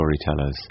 storytellers